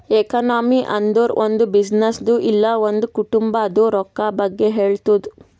economy ಅಂದುರ್ ಒಂದ್ ಬಿಸಿನ್ನೆಸ್ದು ಇಲ್ಲ ಒಂದ್ ಕುಟುಂಬಾದ್ ರೊಕ್ಕಾ ಬಗ್ಗೆ ಹೇಳ್ತುದ್